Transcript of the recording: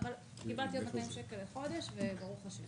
אבל קיבלתי עוד 200 שקל לחודש וברוך השם.